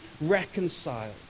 reconciled